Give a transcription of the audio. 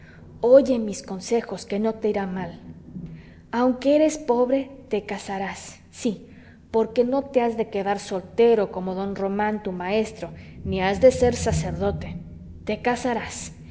oye mis consejos que no te irá mal aunque eres pobre te casarás sí porque no te has de quedar soltero como don román tu maestro ni has de ser sacerdote te casarás